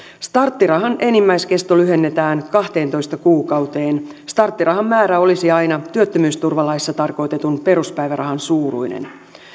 starttirahan enimmäiskesto lyhennetään kahteentoista kuukauteen starttirahan määrä olisi aina työttömyysturvalaissa tarkoitetun peruspäivärahan suuruinen